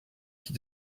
qui